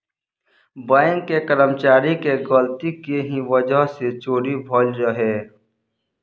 bank के कर्मचारी के गलती के ही वजह से चोरी भईल रहे